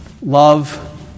Love